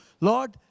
Lord